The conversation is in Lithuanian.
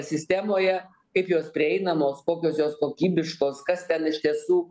sistemoje kaip jos prieinamos kokios jos kokybiškos kas ten iš tiesų